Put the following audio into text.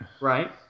Right